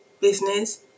business